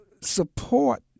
support